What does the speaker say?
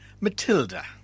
Matilda